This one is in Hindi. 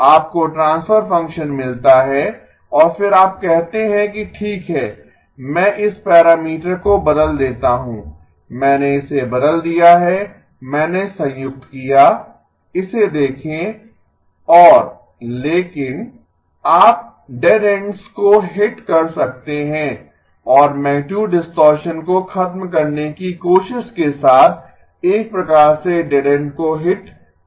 आपको ट्रांसफर फंक्शन मिलता है और फिर आप कहते हैं कि ठीक है मैं इस पैरामीटर को बदल देता हूँ मैंने इसे बदल दिया है मैंने संयुक्त किया इसे देखें और लेकिन आप डेड एंड्स को हिट कर सकते हैं और मैगनीटुड डिस्टॉरशन को खत्म करने की कोशिश के साथ एक प्रकार से डेड एंड को हिट किया था